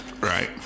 Right